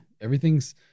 Everything's